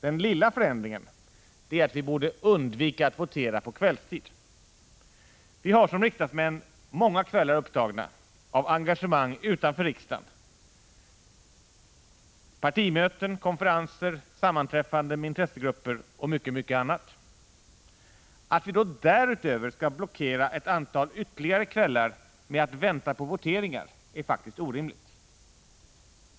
Den lilla förändringen är att vi borde undvika att votera på kvällstid. Vi har som riksdagsledamöter många kvällar upptagna av engagemang utanför 147 riksdagen: Partimöten, konferenser, sammanträffanden med intressegrupper och mycket annat. Att vi därutöver skall blockera ytterligare ett antal kvällar med att vänta på voteringar är faktiskt orimligt.